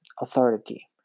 authority